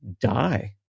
die